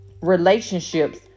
relationships